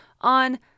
on